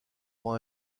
vont